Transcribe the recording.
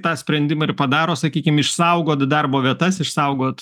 tą sprendimą ir padaro sakykim išsaugot darbo vietas išsaugot